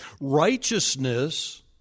Righteousness